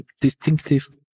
distinctive